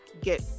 get